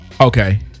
Okay